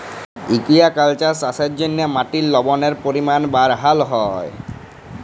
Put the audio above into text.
aquaculture চাষের জ্যনহে মাটির লবলের পরিমাল বাড়হাল হ্যয়